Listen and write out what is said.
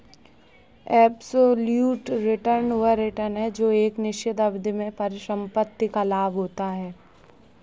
absolute return वह return है जो एक निश्चित अवधि में परिसंपत्ति का लाभ होता है